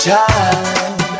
time